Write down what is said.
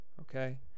Okay